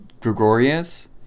Gregorius